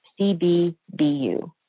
CBBU